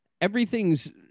Everything's